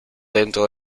dentro